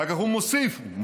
אחר כך הוא מוסיף ומפרש: